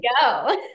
go